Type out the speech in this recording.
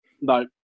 No